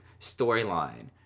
storyline